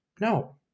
No